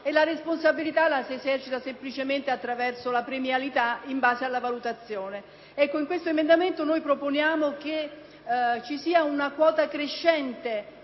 e la responsabilita la si esercita semplicemente attraverso la premialitain base alla valutazione. Con l’emendamento 5.311 proponiamo che ci sia una quota crescente